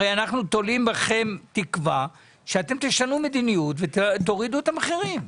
הרי אנחנו תולים בכם תקווה שאתם תשנו מדיניות ותורידו את המחירים.